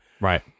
Right